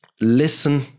Listen